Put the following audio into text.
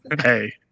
Hey